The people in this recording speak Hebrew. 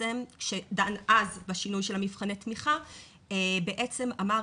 בעצם שדן אז בשינוי של מבחני התמיכה בעצם אמר